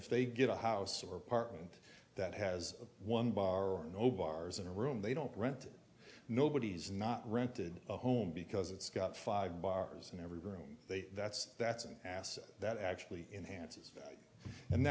if they get a house or apartment that has one bar no bars and room they don't rent nobody's not rented a home because it's got five bars in every room they that's that's an asset that actually enhances